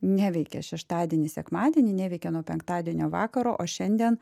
neveikia šeštadienį sekmadienį neveikia nuo penktadienio vakaro o šiandien